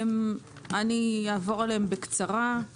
אני אעבור עליהם בקצרה.